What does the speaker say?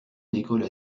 décolle